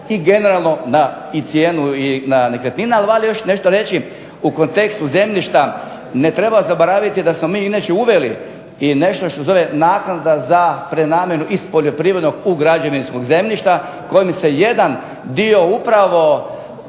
i generalno na cijenu nekretnina. Ali valja još nešto reći u kontekstu zemljišta, ne treba zaboraviti da smo mi inače uveli i nešto što se zove naknada za prenamjenu iz poljoprivrednog u građevinsko zemljište kojemu se jedan dio upravo